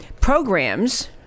programs